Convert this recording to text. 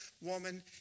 woman